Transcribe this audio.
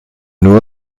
nur